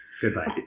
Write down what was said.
goodbye